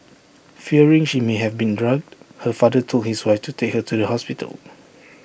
fearing she may have been drugged her father told his wife to take her to the hospital